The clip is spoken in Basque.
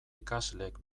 ikasleek